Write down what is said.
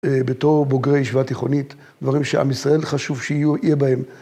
בתור בוגרי ישיבה תיכונית, דברים שעם ישראל חשוב שיהיה בהם.